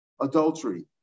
adultery